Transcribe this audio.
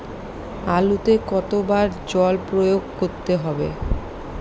আলুতে কতো বার জল প্রয়োগ করতে হবে?